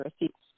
receipts